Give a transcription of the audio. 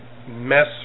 mess